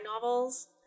novels